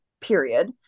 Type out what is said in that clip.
period